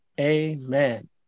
Amen